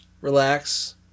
relax